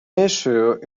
issue